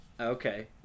Okay